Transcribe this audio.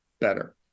better